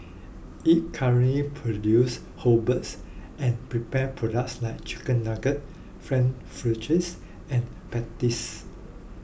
it current produces whole birds and prepared products like Chicken Nuggets Frankfurters and patties